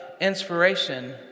inspiration